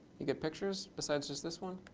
you get pictures besides just this one?